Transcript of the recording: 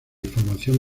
formación